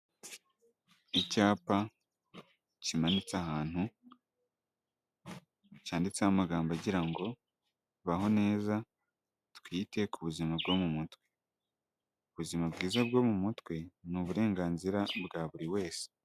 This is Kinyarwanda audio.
Icyapa kimanitse ahantu cyanditseho amagambo agira ngo baho neza twite ku buzima bwo mu mutwe, ubuzima bwiza bwo mu mutwe ni uburenganzira bwa buri wese.